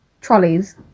trolleys